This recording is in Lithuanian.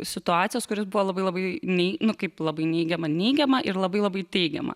situacijos kuris buvo labai labai nei nu kaip labai neigiama neigiama ir labai labai teigiama